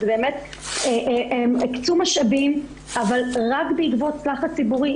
הם באמת הקצו משאבים אבל רק בעקבות לחץ ציבורי,